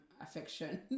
affection